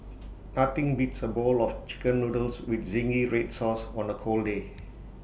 nothing beats A bowl of Chicken Noodles with Zingy Red Sauce on A cold day